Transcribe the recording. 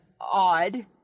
odd